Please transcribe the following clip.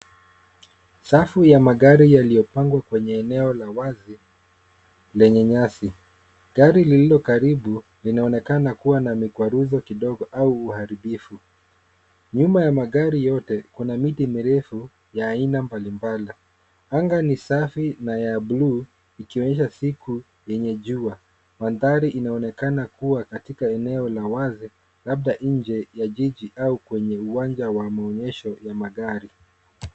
Safu ya magari yaliyopangwa kwenye eneo la wazi lenye nyasi. Gari lililo karibu linaonekana kuwa na mikwaruzo kidogo au uharibifu. Nyuma ya magari yote, kuna miti mirefu ya aina mbali mbali. Anga ni safi na ya buluu, ikionyesha siku yenye jua. Mandhari inaonekana kuwa katika eneo la wazi, labda nje ya jiji au kwenye uwanja wa maonyesho ya magari.